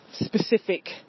specific